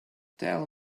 tell